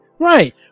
Right